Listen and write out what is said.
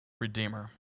Redeemer